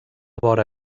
vora